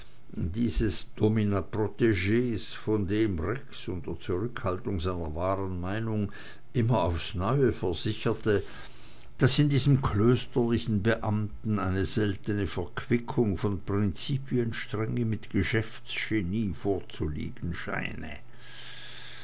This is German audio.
dieses dominaprotegs von dem rex unter zurückhaltung seiner wahren meinung immer aufs neue versicherte daß in diesem klösterlichen beamten eine seltene verquickung von prinzipienstrenge mit geschäftsgenie vorzuliegen scheine